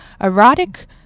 erotic